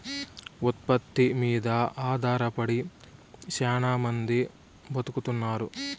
ఉత్పత్తి మీద ఆధారపడి శ్యానా మంది బతుకుతున్నారు